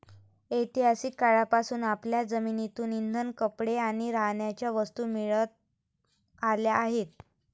ऐतिहासिक काळापासून आपल्याला जमिनीतून इंधन, कपडे आणि राहण्याच्या वस्तू मिळत आल्या आहेत